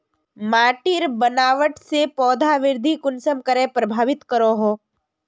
माटिर बनावट से पौधा वृद्धि कुसम करे प्रभावित करो हो?